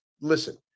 listen